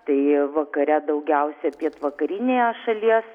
tai vakare daugiausia pietvakarinėje šalies